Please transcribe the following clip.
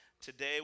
Today